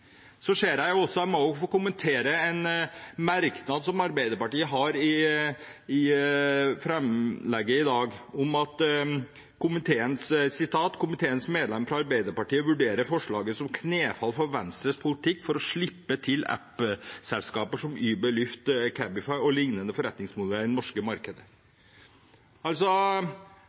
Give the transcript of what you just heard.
Jeg må få kommentere en merknad som Arbeiderpartiet har i innstillingen i dag: «Komiteens medlemmer fra Arbeiderpartiet vurderer forslaget som et knefall for Venstres politikk for å slippe til app-selskaper som Uber, Lyft og Cabify og lignende forretningsmodeller i det norske markedet.»